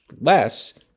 less